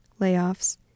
layoffs